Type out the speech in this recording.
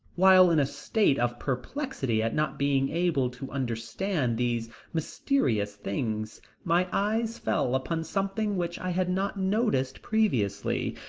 while in a state of perplexity at not being able to understand these mysterious things, my eyes fell upon something which i had not noticed previously,